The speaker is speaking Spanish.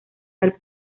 del